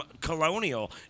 colonial